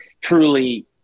truly